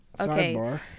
Okay